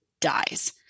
dies